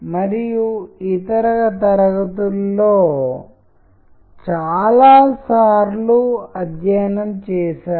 మరియు పర్వతాల సౌందర్యం గురించి చెప్పబడిన వ్యక్తులు మళ్లీ అదే చేశారు